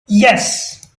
yes